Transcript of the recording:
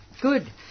Good